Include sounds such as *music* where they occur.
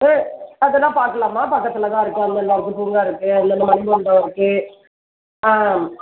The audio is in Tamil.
ஆ அதெல்லாம் பார்க்கலாம்மா பக்கத்தில் தான் இருக்குது *unintelligible* இருக்குது பூங்கா இருக்குது அந்தாண்ட மணிமண்டபம் இருக்குது ஆ